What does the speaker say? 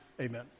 Amen